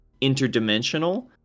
interdimensional